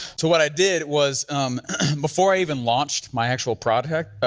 so what i did was before i even launched my actual product,